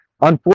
Unfortunately